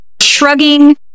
shrugging